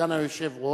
סגן היושב-ראש.